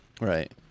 right